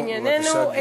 לענייננו.